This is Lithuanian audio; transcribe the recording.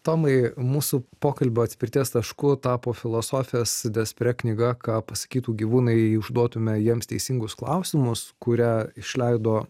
tomai mūsų pokalbio atspirties tašku tapo filosofės despre knyga ką pasakytų gyvūnai jei užduotume jiems teisingus klausimus kurią išleido